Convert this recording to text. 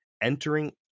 entering